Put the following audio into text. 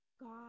God